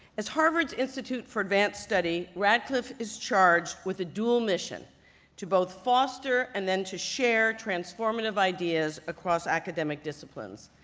as harvard's institute for advanced study, radcliffe is charged with a dual mission to both foster and then to share transformative ideas across academic disciplines.